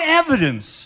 evidence